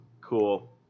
cool